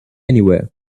anywhere